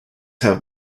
have